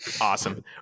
awesome